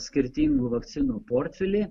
skirtingų vakcinų portfelį